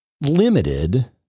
limited